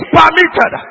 permitted